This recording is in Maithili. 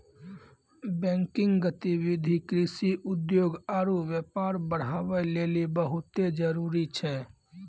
बैंकिंग गतिविधि कृषि, उद्योग आरु व्यापार बढ़ाबै लेली बहुते जरुरी छै